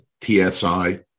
TSI